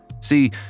See